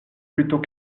plutôt